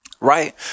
Right